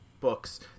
books